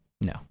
No